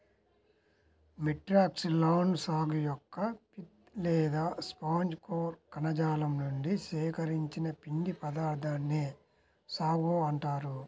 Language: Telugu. మెట్రోక్సిలాన్ సాగు యొక్క పిత్ లేదా స్పాంజి కోర్ కణజాలం నుండి సేకరించిన పిండి పదార్థాన్నే సాగో అంటారు